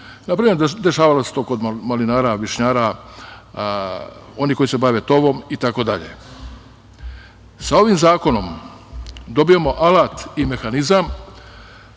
Na primer, dešavalo se to kod malinara, višnjara, onih koji se bave tovom, itd. Sa ovim zakonom dobijamo alat i mehanizam